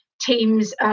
teams